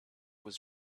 was